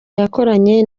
yakoranye